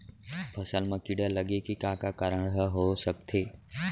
फसल म कीड़ा लगे के का का कारण ह हो सकथे?